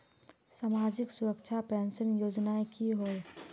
सामाजिक सुरक्षा पेंशन योजनाएँ की होय?